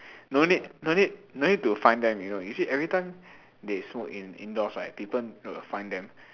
no need no need no need to find them already [what] you see every time they smoke in indoors right people need find them